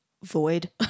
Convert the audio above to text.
void